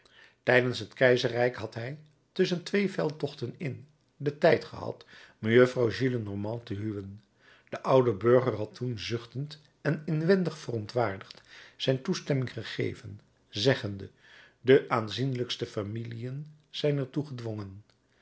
tijdens het keizerrijk had hij tusschen twee veldtochten in den tijd gehad mejuffrouw gillenormand te huwen de oude burger had toen zuchtend en inwendig verontwaardigd zijn toestemming gegeven zeggende de aanzienlijkste familiën zijn er toe gedwongen